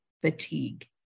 fatigue